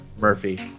Murphy